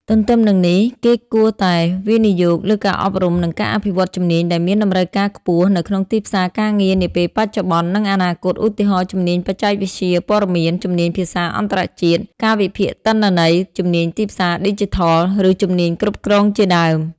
ទទ្ទឹមនឹងនេះ គេគួរតែវិនិយោគលើការអប់រំ និងការអភិវឌ្ឍជំនាញដែលមានតម្រូវការខ្ពស់នៅក្នុងទីផ្សារការងារនាពេលបច្ចុប្បន្ន និងអនាគត ឧទាហរណ៍ ជំនាញបច្ចេកវិទ្យាព័ត៌មាន ជំនាញភាសាអន្តរជាតិ ការវិភាគទិន្នន័យ ជំនាញទីផ្សារឌីជីថល ឬជំនាញគ្រប់គ្រងជាដើម។